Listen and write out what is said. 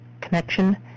connection